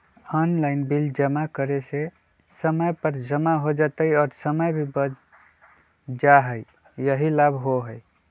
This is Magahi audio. ऑनलाइन बिल जमा करे से समय पर जमा हो जतई और समय भी बच जाहई यही लाभ होहई?